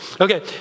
Okay